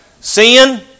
Sin